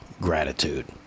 gratitude